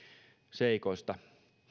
seikoista